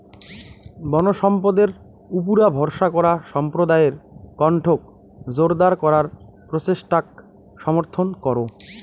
বনসম্পদের উপুরা ভরসা করা সম্প্রদায়ের কণ্ঠক জোরদার করার প্রচেষ্টাক সমর্থন করো